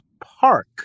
park